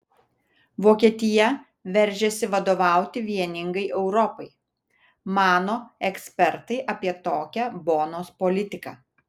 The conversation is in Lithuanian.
vokietija veržiasi vadovauti vieningai europai mano ekspertai apie tokią bonos politiką